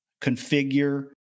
configure